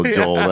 Joel